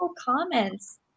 comments